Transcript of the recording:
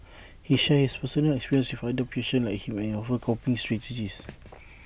he shares his personal experiences with other patients like him and offers coping strategies